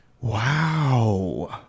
Wow